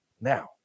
Now